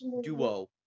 duo